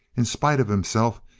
in spite of himself,